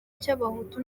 cy’abahutu